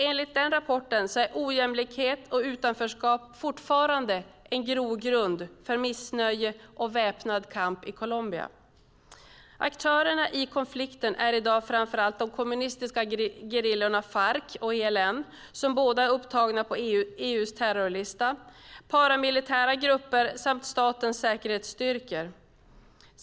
Enligt den rapporten är ojämlikhet och utanförskap fortfarande en grogrund för missnöje och väpnad kamp i Colombia. Aktörerna i konflikten är i dag framför allt de kommunistiska gerillorna Farc och ELN, som båda är upptagna på EU:s terrorlista, paramilitära grupper samt statens säkerhetsstyrkor.